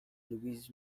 louis